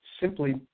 simply